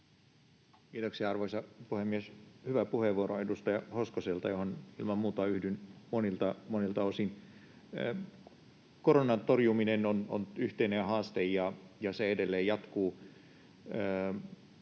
Kiitoksia, arvoisa puhemies! Hyvä puheenvuoro edustaja Hoskoselta. Siihen ilman muuta yhdyn monilta osin. Koronan torjuminen on yhteinen haaste, ja se edelleen jatkuu.